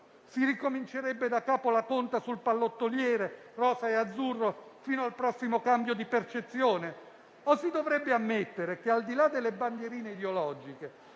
Si ricomincerebbe da capo la conta sul pallottoliere rosa e azzurro fino al prossimo cambio di percezione? O si dovrebbe ammettere che, al di là delle bandierine ideologiche